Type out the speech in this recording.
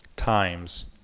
times